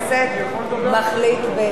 מחליט בעניינים,